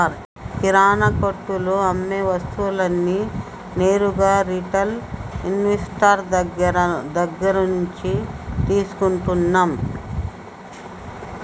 కిరణా కొట్టులో అమ్మే వస్తువులన్నీ నేరుగా రిటైల్ ఇన్వెస్టర్ దగ్గర్నుంచే తీసుకుంటన్నం